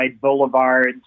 boulevards